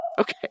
Okay